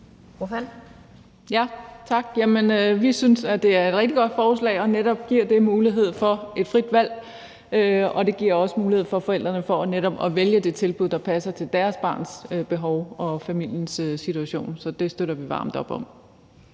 Vi synes, det er et rigtig godt forslag, og det giver netop mulighed for at frit valg, og det giver også mulighed for forældrene for netop at vælge det tilbud, der passer til deres barns behov og familiens situation. Så det støtter vi varmt op om.